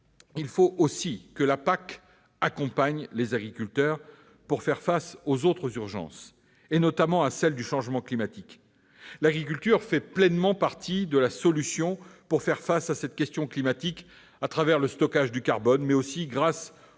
Il faut aussi que la PAC accompagne les agriculteurs pour faire face aux autres urgences, notamment le changement climatique. L'agriculture fait pleinement partie de la solution pour affronter cette question à travers le stockage du carbone, ... Exactement